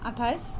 আঠাইছ